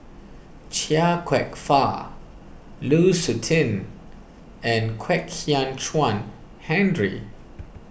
Chia Kwek Fah Lu Suitin and Kwek Hian Chuan Henry